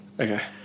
Okay